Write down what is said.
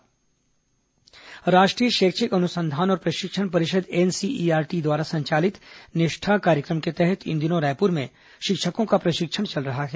निष्ठा कार्यक्रम राष्ट्रीय शैक्षिक अनुसंधान और प्रशिक्षण परिषद एनसीईआरटी द्वारा संचालित निष्ठा कार्यक्रम के तहत इन दिनों रायपुर में शिक्षकों का प्रशिक्षण चल रहा है